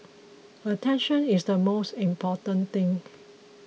attention is the most important thing